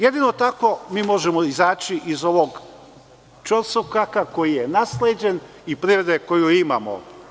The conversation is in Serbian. Jedino tako možemo izaći iz ovog ćorsokaka koji je nasleđen i privrede koju imamo.